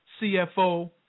CFO